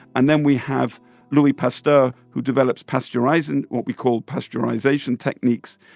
and then we have louis pasteur, who develops pasteurizant, what we call pasteurization techniques,